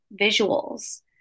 visuals